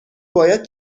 باید